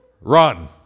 Run